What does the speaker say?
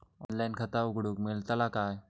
Online खाता उघडूक मेलतला काय?